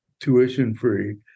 tuition-free